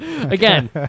Again